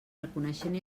reconeixent